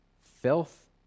filth